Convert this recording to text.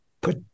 put